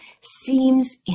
seems